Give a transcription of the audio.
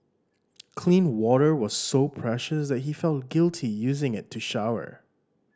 clean water was so precious that he felt guilty using it to shower